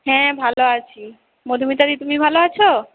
হ্যাঁ ভালো আছি মধুমিতাদি তুমি ভালো আছ